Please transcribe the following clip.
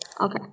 Okay